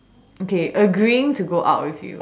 okay agreeing to go out with you